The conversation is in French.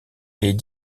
est